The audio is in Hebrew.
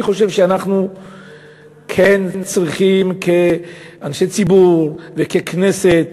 אני חושב שאנחנו כן צריכים, כאנשי ציבור וככנסת,